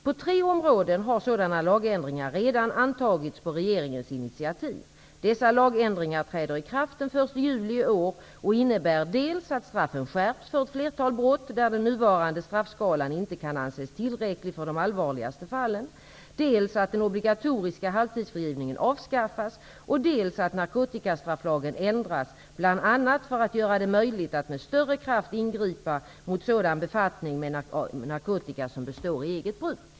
På tre områden har sådana lagändringar redan antagits på regeringens initiativ. Dessa lagändringar träder i kraft den 1 juli i år och innebär dels att straffen skärps för ett flertal brott där den nuvarande straffskalan inte kan anses tillräcklig för de allvarligaste fallen, dels att den obligatoriska halvtidsfrigivningen avskaffas och dels att narkotikastrafflagen ändras, bl.a. för att göra det möjligt att med större kraft ingripa mot sådan befattning med narkotika som består i eget bruk.